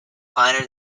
finer